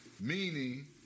Meaning